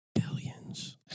billions